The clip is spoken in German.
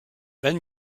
wenn